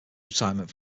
retirement